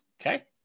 Okay